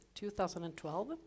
2012